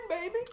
baby